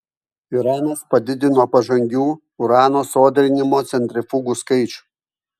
iranas padidino pažangių urano sodrinimo centrifugų skaičių